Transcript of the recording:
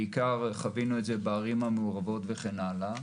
בעיקר חווינו את זה בערים המעורבות וכן הלאה.